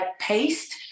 paste